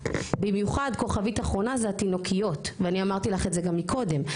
ובמיוחד כוכבית אחרונה זה התינוקיות ואני אמרתי לך את זה גם מקודם,